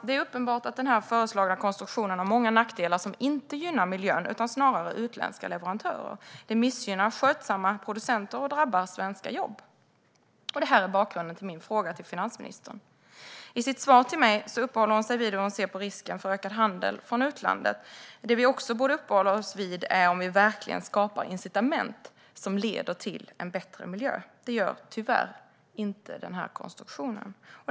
Det är uppenbart att den föreslagna konstruktionen har många nackdelar som inte gynnar miljön utan snarare utländska leverantörer. Det missgynnar skötsamma producenter och drabbar svenska jobb. Det är bakgrunden till min fråga till finansministern. I sitt svar till mig uppehåller hon sig vid hur hon ser på risken för ökad handel från utlandet. Det vi också borde uppehålla oss vid är om vi verkligen skapar incitament som leder till en bättre miljö. Det gör vi tyvärr inte med den här konstruktionen.